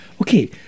Okay